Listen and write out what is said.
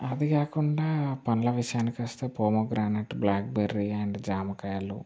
అది కాకుండా పళ్ళ విషయానికి వస్తే పామీగ్రనిట్ బ్లాక్బెర్రీ అండ్ జామకాయలు